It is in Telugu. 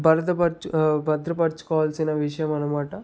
బర్ధపరుచు భద్రపరచుకోవలసిన విషయం అన్నమాట